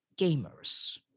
gamers